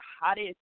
hottest